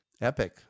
Epic